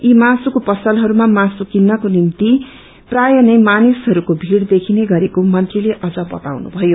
यी मासुको पसलहरूमा मासु किन्नको निम्ति प्रायः नै मानिसहरूको भीड़ देखिने गरेको मन्त्रीले अझ बताउनुभयो